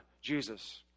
Jesus